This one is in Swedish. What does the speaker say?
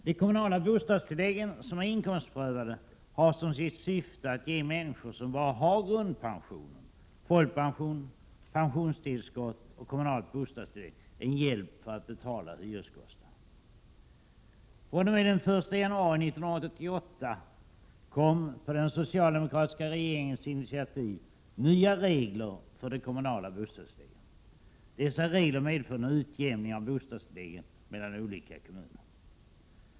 De kommunala bostadstilläggen — som är inkomstprövade — har som sitt syfte att ge människor som bara har grundpensionen — folkpension, pensionstillskott och kommunalt bostadstillägg — en hjälp för att betala hyreskostnaderna. Från och med den 1 januari 1988 kom — på den socialdemokratiska regeringens initiativ — nya regler för de kommunala bostadstilläggen. Dessa regler medförde en utjämning av bostadstilläggen mellan olika kommuner.